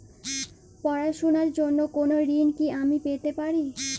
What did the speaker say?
পড়াশোনা র জন্য কোনো ঋণ কি আমি পেতে পারি?